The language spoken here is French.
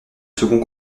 second